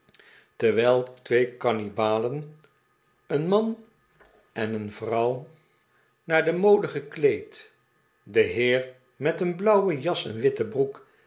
terwijl twee kannibalen een man en een vrouw naar de mode gekleed de heer met een blauwe jas en witte broek